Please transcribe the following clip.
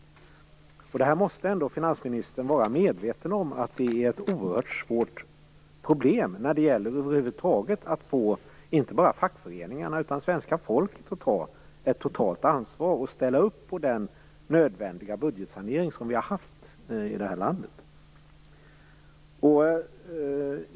Finansministern måste ändå vara medveten om att det är ett oerhört svårt problem när det gäller inte bara för att få fackföreningarna utan att få hela svenska folket att ta ett totalt ansvar och ställa upp på den nödvändiga budgetsanering som har gjorts i det här landet.